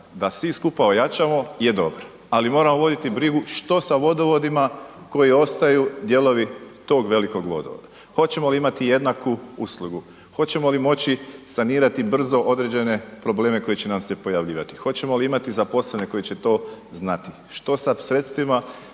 da svi skupa ojačamo je dobra. Ali moramo voditi brigu što sa vodovodima koji ostaju dijelovi tog velikog vodovoda. Hoćemo li imati jednaku uslugu? Hoćemo li moći sanirati brzo određene probleme koji će nam se pojavljivati? Hoćemo li imati zaposlene koji će to znati? Što sa sredstvima